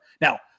Now